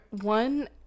one